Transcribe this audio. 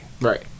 Right